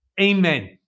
amen